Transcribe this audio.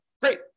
Great